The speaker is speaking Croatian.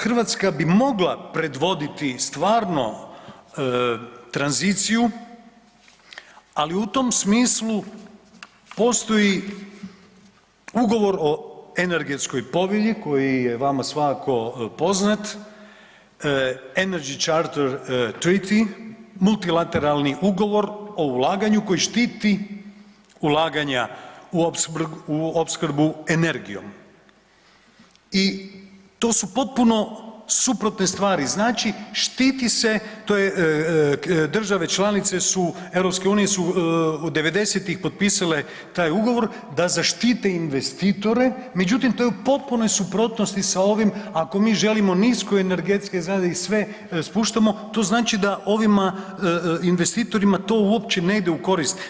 Hrvatska bi mogla predvoditi stvarno tranziciju, ali u tom smislu postoji Ugovor o energetskoj povelji koji je vama svakako poznat, Energy Charter Treaty, multirateralni ugovor o ulaganju koji štiti ulaganja u opskrbu energijom i to su potpuno suprotne stvari, znači štiti se, to je, države članice su, EU su '90.-tih potpisale taj ugovor da zaštite investitore, međutim to je u potpunoj suprotnosti sa ovim ako mi želimo niskoenergetske … [[Govornik se ne razumije]] i sve spuštamo, to znači da ovima investitorima to uopće ne ide u korist.